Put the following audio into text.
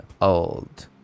old